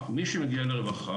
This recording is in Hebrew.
לרווחה,